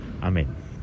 Amen